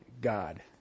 God